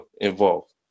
involved